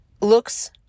looks